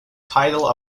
title